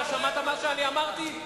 אתה שמעת מה שאני אמרתי?